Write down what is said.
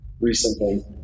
recently